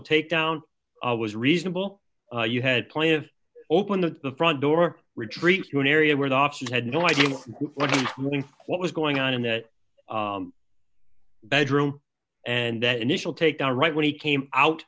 takedown was reasonable you had plenty of open of the front door retreats to an area where the option had no idea what was going on in that bedroom and that initial takedown right when he came out